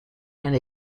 and